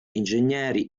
ingegneri